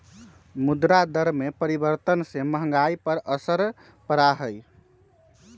मुद्रा दर में परिवर्तन से महंगाई पर असर पड़ा हई